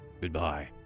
Goodbye